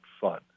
fun